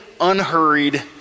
unhurried